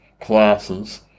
classes